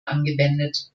angewendet